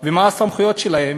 ומה הסמכויות שלהם,